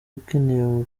ukeneye